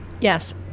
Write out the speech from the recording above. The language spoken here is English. yes